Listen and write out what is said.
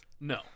No